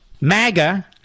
MAGA